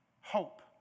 hope